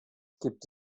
gibt